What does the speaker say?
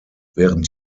während